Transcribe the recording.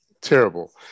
terrible